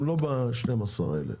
שהם לא ב-12 האלה.